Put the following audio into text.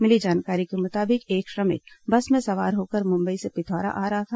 मिली जानकारी के मुताबिक एक श्रमिक बस में सवार होकर मुंबई से पिथौरा आ रहा था